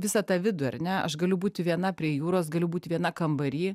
visą tą vidų ar ne aš galiu būti viena prie jūros galiu būti viena kambary